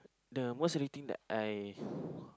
the most silly thing that I